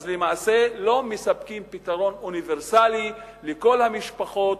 למעשה לא מספקים פתרון אוניברסלי לכל המשפחות,